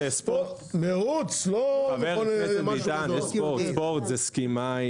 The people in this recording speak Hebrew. ספורט זה סקי מים.